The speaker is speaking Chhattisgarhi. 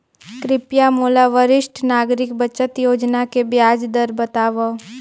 कृपया मोला वरिष्ठ नागरिक बचत योजना के ब्याज दर बतावव